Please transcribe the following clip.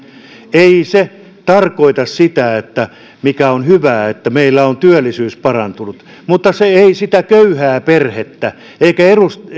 ei se tarkoita sitä mikä on hyvää että meillä on työllisyys parantunut mutta se ei sitä köyhää perhettä eikä